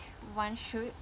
one should